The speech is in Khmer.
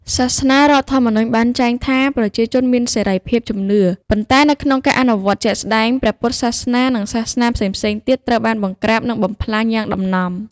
សាសនារដ្ឋធម្មនុញ្ញបានចែងថា ប្រជាជនមានសេរីភាពជំនឿ ប៉ុន្តែនៅក្នុងការអនុវត្តជាក់ស្ដែង ព្រះពុទ្ធសាសនា និងសាសនាផ្សេងៗទៀតត្រូវបាន បង្ក្រាប និងបំផ្លាញ យ៉ាងដំណំ។